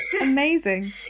amazing